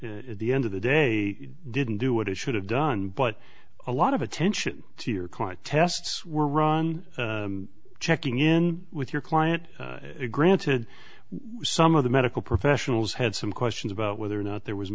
that at the end of the day didn't do what it should have done but a lot of attention to your client tests were ron checking in with your client a granted we some of the medical professionals had some questions about whether or not there was